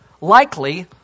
likely